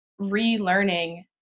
relearning